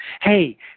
Hey